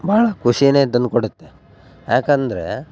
ಬಹಳ ಖುಷಿನೇ ತಂದು ಕೊಡುತ್ತೆ ಯಾಕಂದರೆ